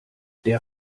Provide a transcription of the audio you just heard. der